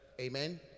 Amen